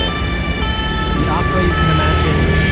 ah that's funny the opera, you can imagine,